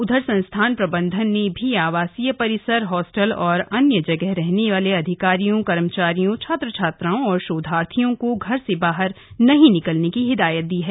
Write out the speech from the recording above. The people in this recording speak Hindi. उधर संस्थान प्रबंधन ने भी आवासीय परिसर हॉस्टल और अन्य जगह रहने वाले अधिकारियों कर्मचारियों छात्र छात्राओं और शोधार्थियों को घर से बाहर नहीं निकलने की हिदायत दी है